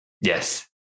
Yes